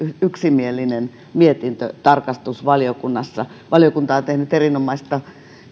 yksimielinen mietintö tarkastusvaliokunnassa valiokunta on tehnyt erinomaista